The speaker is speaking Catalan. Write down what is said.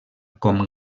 com